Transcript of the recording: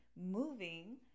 moving